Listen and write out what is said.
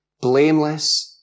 Blameless